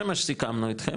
זה מה שסיכמנו איתם,